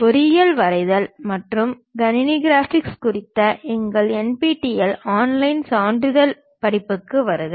பொறியியல் வரைதல் மற்றும் கணினி கிராபிக்ஸ் குறித்த எங்கள் NPTEL ஆன்லைன் சான்றிதழ் படிப்புகளுக்கு வருக